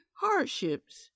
hardships